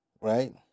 Right